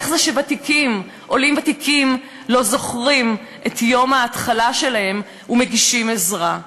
איך זה שעולים ותיקים לא זוכרים את יום ההתחלה שלהם ומגישים עזרה?